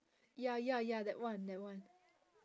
ya ya ya that one that one